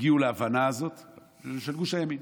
הגיעו להבנה הזאת של גוש הימין.